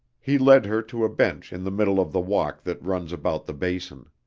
he led her to a bench in the middle of the walk that runs about the basin.